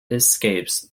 escapes